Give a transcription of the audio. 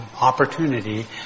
opportunity